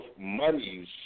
monies